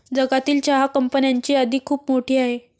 जगातील चहा कंपन्यांची यादी खूप मोठी आहे